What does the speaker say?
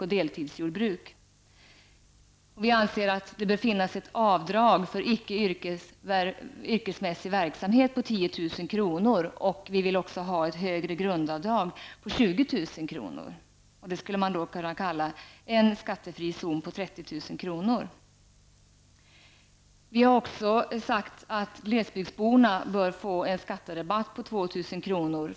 Vi anser vidare att det bör finnas ett avdrag för icke yrkesmässig verksamhet på 10 000 kr., och vi vill också ha ett högre grundavdrag på 20 000 kr. Detta skulle man kunna kalla en skattefri zon på 30 000 Vi har också sagt att glesbygdsborna bör få en skatterabatt på 2 000 kr.